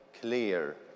clear